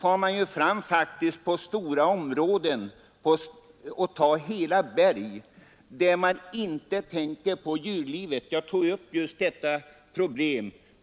Tidigare har man kalhuggit hela berg utan tanke på detta djurliv. På en av de exkursioner jag omnämnde tog jag upp detta problem.